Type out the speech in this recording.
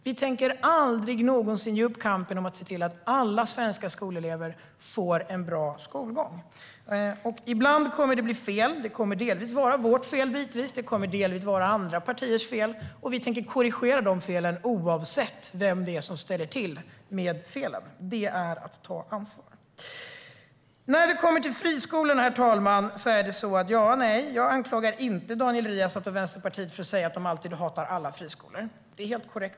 Vi tänker aldrig någonsin ge upp kampen för att se till alla svenska skolelever får en bra skolgång. Ibland kommer det att bli fel. Det kommer delvis och bitvis att vara vårt fel. Det kommer delvis att vara andra partiers fel. Vi tänker korrigera de felen oavsett vem det är som ställer till med felen. Det är att ta ansvar. När vi kommer till friskolorna, herr talman, är det inte så att jag anklagar Daniel Riazat och Vänsterpartiet för att säga att de alltid hatar alla friskolor. Det är helt korrekt.